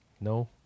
No